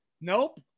Nope